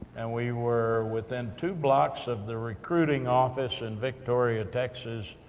and we were within two blocks of the recruiting office in victoria, texas,